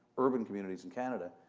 urban communities in canada.